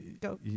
go